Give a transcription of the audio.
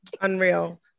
unreal